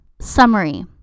Summary